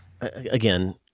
again